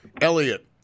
Elliot